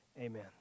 Amen